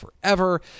forever